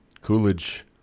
Coolidge